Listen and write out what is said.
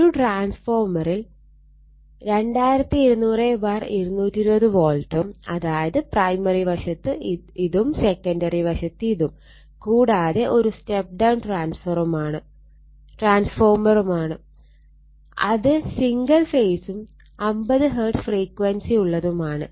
ഒരു ട്രാൻസ്ഫോർമറിൽ 2200 220 വോൾട്ടും അതായത് പ്രൈമറി വശത്ത് ഇതും സെക്കണ്ടറി വശത്ത് ഇതും കൂടാതെ ഒരു സ്റ്റെപ്പ് ഡൌൺ ട്രാൻസ്ഫോർമറുമാണ് അത് സിംഗിൾ ഫേസും 50 Hz ഫ്രീക്വൻസി ഉള്ളതുമാണ്